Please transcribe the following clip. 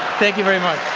thank you very much.